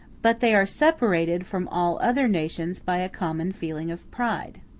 but they are separated from all other nations by a common feeling of pride.